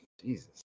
Jesus